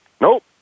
Nope